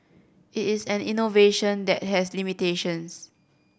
it is an innovation that has limitations